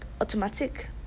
automatic